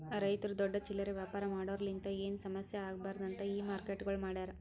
ರೈತುರು ದೊಡ್ಡ ಚಿಲ್ಲರೆ ವ್ಯಾಪಾರ ಮಾಡೋರಲಿಂತ್ ಏನು ಸಮಸ್ಯ ಆಗ್ಬಾರ್ದು ಅಂತ್ ಈ ಮಾರ್ಕೆಟ್ಗೊಳ್ ಮಾಡ್ಯಾರ್